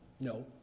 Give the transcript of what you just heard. No